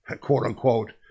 quote-unquote